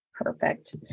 Perfect